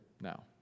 now